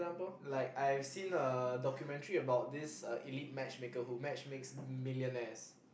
like I've seen a documentary about this elite match maker who matchmakes millionaires